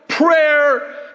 prayer